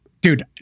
dude